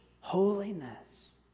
holiness